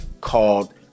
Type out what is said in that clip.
called